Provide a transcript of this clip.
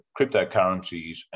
cryptocurrencies